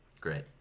great